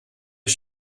ich